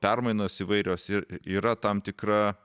permainos įvairios ir yra tam tikra